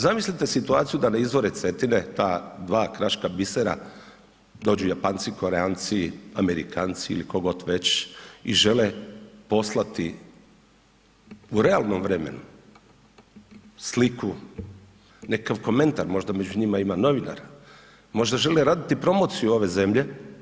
Zamislite situaciju da na izbore Cetine, ta dva kraška bisera, dođu Japanci, Koreanci, Amerikanci ili tko god već i žele poslati u realnom vremenu sliku, nekakav komentar, možda među njima ima novinar, možda žele raditi promociju ove zemlje.